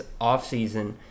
offseason